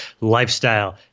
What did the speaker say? lifestyle